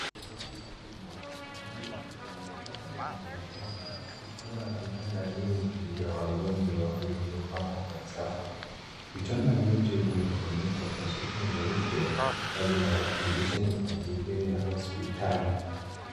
Wodi kubwa ya muda yaonekana ndani ya hema, ikiwa na vitanda vingi vya wagonjwa vilivyopangwa kwa safu. Vitanda vyote vimefunikwa kwa shuka nyeupe, na vinawakilisha mipangilio ya hospitali.